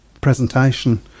presentation